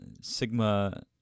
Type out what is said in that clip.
Sigma